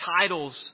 titles